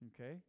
Okay